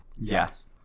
Yes